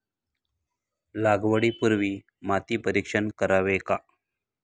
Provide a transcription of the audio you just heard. लागवडी पूर्वी माती परीक्षण करावे का?